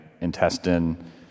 intestine